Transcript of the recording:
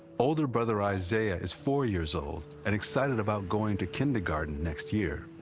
older brother izayah is four-years-old and excited about going to kindergarten next year.